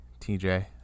TJ